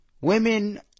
Women